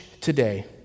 today